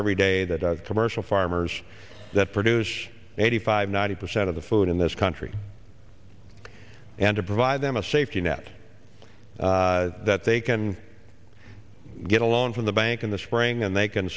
every day that are commercial farmers that produce eighty five ninety percent of the food in this country and to provide them a safety net that they can get a loan from the bank in the spring and they can